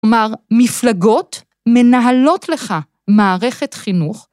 כלומר, מפלגות מנהלות לך מערכת חינוך.